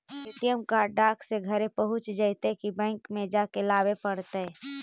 ATM card डाक से घरे पहुँच जईतै कि बैंक में जाके लाबे पड़तै?